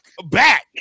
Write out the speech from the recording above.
Back